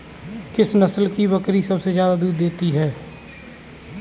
किस नस्ल की बकरी सबसे ज्यादा दूध देती है?